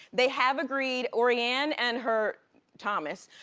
they have agreed orianne and her thomas,